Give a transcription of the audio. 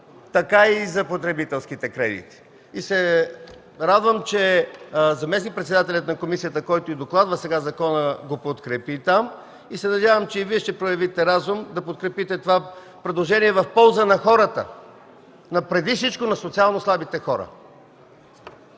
така и за потребителските кредити. Радвам че, заместник-председателят на комисията, който докладва сега закона, го подкрепи там. Надявам се, че и Вие ще проявите разум да подкрепите това предложение в полза на хората, но преди всичко на социално слабите хора.